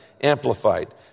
amplified